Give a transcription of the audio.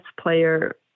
player